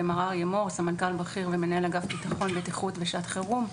סמנכ"ל בכיר ומנהל אגף ביטחון ובטיחות בשעת חירום,